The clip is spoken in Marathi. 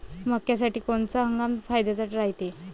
मक्क्यासाठी कोनचा हंगाम फायद्याचा रायते?